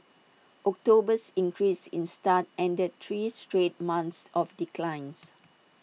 October's increase in starts ended three straight months of declines